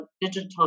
digital